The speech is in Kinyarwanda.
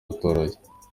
utoroshye